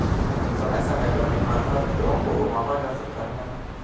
समय समय पर आधार खतरों को मापा जा सकता है